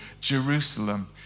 Jerusalem